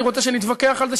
אני רוצה שנתווכח על זה,